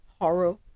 Horror